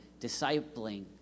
discipling